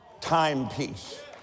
timepiece